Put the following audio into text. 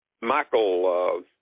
Michael –